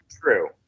True